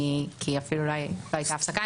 כי לא הייתה אפילו הפסקה.